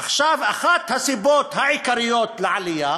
עכשיו, אחת הסיבות העיקריות לעלייה